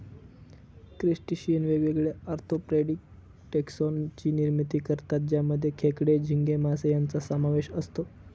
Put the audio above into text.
crustacean वेगवेगळ्या orthopaedic taxon ची निर्मिती करतात ज्यामध्ये खेकडे, झिंगे, मासे यांचा समावेश असतो